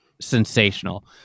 sensational